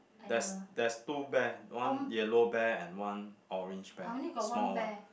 there's there's no bear one yellow bear and one orange bear small one